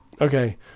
Okay